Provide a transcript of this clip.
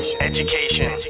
education